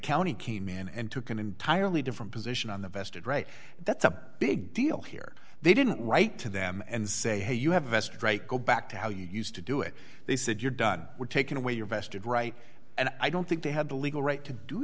county came in and took an entirely different position on the vested right that's a big deal here they didn't write to them and say hey you have a vested right go back to how you used to do it they said you're done we're taking away your vested right and i don't think they have the legal right to do